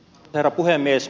herra puhemies